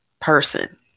person